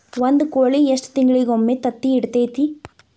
ಒಂದ್ ಕೋಳಿ ಎಷ್ಟ ತಿಂಗಳಿಗೊಮ್ಮೆ ತತ್ತಿ ಇಡತೈತಿ?